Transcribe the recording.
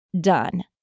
done